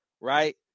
right